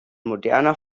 moderner